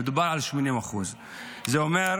שם מדובר על 80%. זה אומר: